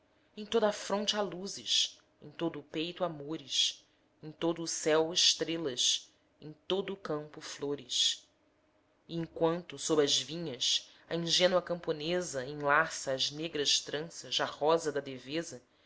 em toda a fronte há luzes em todo o peito amores em todo o céu estrelas em todo o campo flores e enquanto sob as vinhas a ingênua camponesa enlaça às negras tranças a rosa da deveza